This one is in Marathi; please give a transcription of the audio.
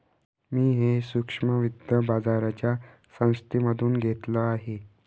मी हे सूक्ष्म वित्त बाजाराच्या संस्थेमधून घेतलं आहे